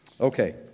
Okay